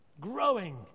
growing